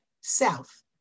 south